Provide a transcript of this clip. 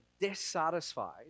dissatisfied